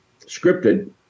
scripted